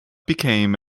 became